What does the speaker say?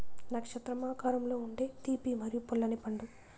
నక్షత్రం ఆకారంలో ఉండే తీపి మరియు పుల్లని పండు